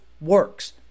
works